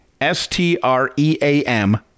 S-T-R-E-A-M